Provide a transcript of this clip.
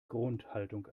grundhaltung